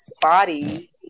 body